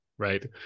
Right